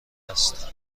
هست